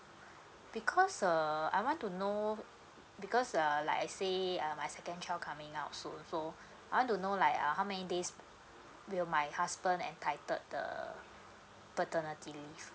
because err I want to know because uh like I say uh my second child coming out so soon I want to know like how many days will my husband entitled the paternity leave